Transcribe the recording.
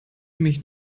mich